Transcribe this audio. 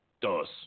Dos